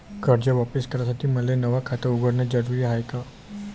कर्ज वापिस करासाठी मले नव खात उघडन जरुरी हाय का?